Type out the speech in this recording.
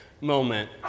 moment